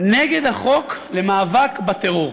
נגד חוק המאבק בטרור.